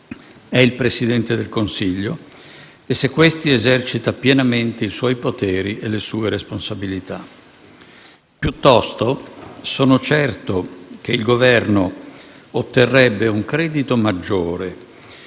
è il Presidente del Consiglio e se questi esercita pienamente i suoi poteri e le sue responsabilità. Piuttosto, sono certo che il Governo otterrebbe un credito maggiore